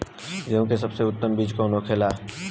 गेहूँ की सबसे उत्तम बीज कौन होखेला?